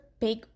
big